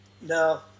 No